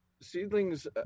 Seedlings